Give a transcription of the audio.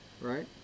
right